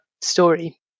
story